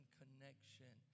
connection